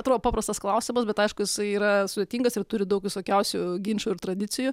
atrodo paprastas klausimas bet aišku jisai yra sudėtingas ir turi daug visokiausių ginčų ir tradicijų